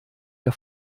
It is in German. der